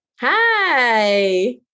hi